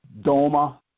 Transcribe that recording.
doma